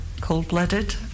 cold-blooded